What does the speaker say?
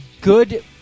good